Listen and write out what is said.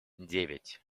девять